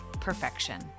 perfection